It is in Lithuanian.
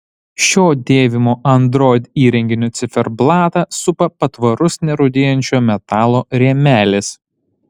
šio dėvimo android įrenginio ciferblatą supa patvarus nerūdijančio metalo rėmelis